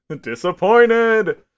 Disappointed